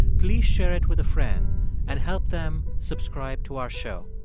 please share it with a friend and help them subscribe to our show.